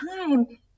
time